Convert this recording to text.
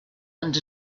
and